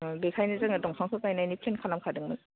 अ बेनिखायनो जोङो दंफांखौ गायनायनि प्लेन खालामखादोंमोन